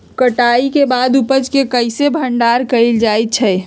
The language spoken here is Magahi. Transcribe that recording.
कटाई के बाद उपज के कईसे भंडारण कएल जा सकई छी?